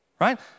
right